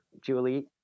Julie